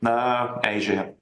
na eižėja